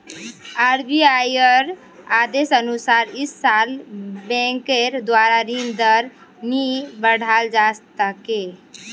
आरबीआईर आदेशानुसार इस साल बैंकेर द्वारा ऋण दर नी बढ़ाल जा तेक